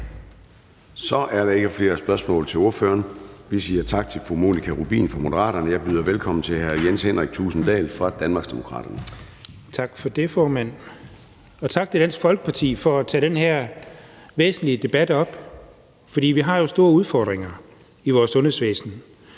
Så er der ikke flere spørgsmål til ordføreren. Vi siger tak til fru Monika Rubin fra Moderaterne. Jeg byder velkommen til hr. Jens Henrik Thulesen Dahl fra Danmarksdemokraterne. Kl. 10:55 (Ordfører) Jens Henrik Thulesen Dahl (DD): Tak for det, formand, og tak til Dansk Folkeparti for at tage den her væsentlige debat op, for vi har jo store udfordringer i vores sundhedsvæsen.